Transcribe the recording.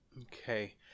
Okay